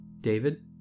David